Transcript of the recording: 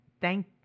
Thank